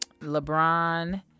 LeBron